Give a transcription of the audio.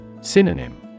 Synonym